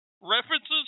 references